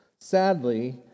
Sadly